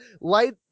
light